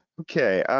okay,